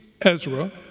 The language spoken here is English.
Ezra